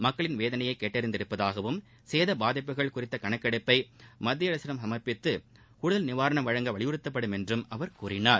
மக்களின் வேதனையை கேட்டறிந்துள்ளதாகவும் சேதபாதிப்புகள் குறித்த கணக்கெடுப்பை மத்திய அரசிடம் சுமா்ப்பித்து கூடுதல் நிவாரணம் வழங்க வலியுறுத்தப்படும் என்றும் அவர் கூறினார்